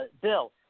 bill